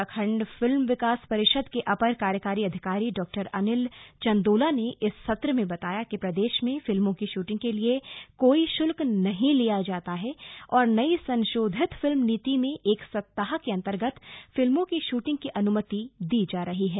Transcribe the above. Uttarakhand film विकास परिषद के अपर कार्यकारी अधिकारी डा अनिल चन्दोला ने इस सत्र में बताया कि प्रदेश में फिल्मों की शूटिंग के लिए कोई शुल्क नहीं लिया जाता है और नई संशोधित फिल्म नीति में एक सप्ताह के अंतर्गत फिल्मों की शूटिंग की अनुमति दी जा रही है